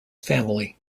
family